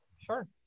sure